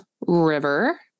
river